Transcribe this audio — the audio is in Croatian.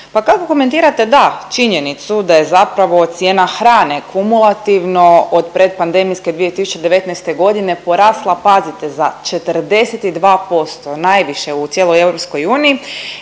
pa kako komentirate da činjenicu da je zapravo cijena hrane kumulativno od predpandemijske 2019. porasla, pazite, za 42%, najviše u cijeloj EU i